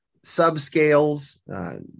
subscales